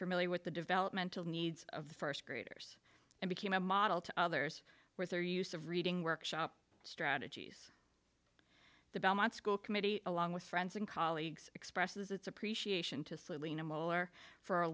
familiar with the developmental needs of the first graders and became a model to others with their use of reading workshop strategies the belmont school committee along with friends and colleagues expresses its appreciation to